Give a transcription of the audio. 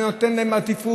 זה נותן להם עדיפות,